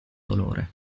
dolore